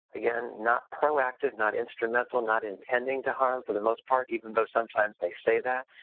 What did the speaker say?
again, not proactive, not instrumental, not intending to harm for the most part even though sometimes they say that,